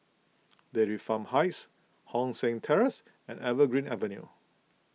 Dairy Farm Heights Hong San Terrace and Evergreen Avenue